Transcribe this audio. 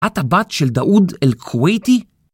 עתה בת של דאוד אל קווייטי?